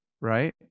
right